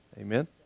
Amen